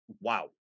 Wow